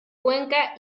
cuenca